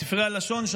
בספרי הלשון,